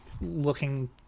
looking